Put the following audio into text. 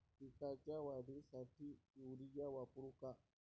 पिकाच्या वाढीसाठी युरिया वापरू का?